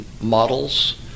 models